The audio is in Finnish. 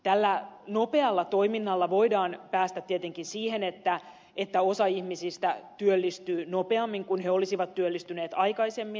tällä nopealla toiminnalla voidaan päästä tietenkin siihen että osa ihmisistä työllistyy nopeammin kuin he olisivat työllistyneet aikaisemmin